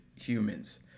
humans